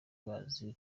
bazi